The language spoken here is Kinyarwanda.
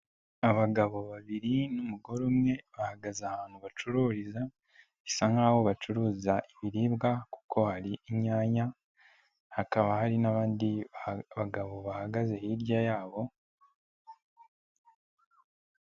Abagabo babiri n'umugore umwe, bahagaze ahantu bacururiza bisa nkaho bacuruza ibiribwa kuko hari inyanya, hakaba hari n'abandi bagabo bahagaze hirya yabo.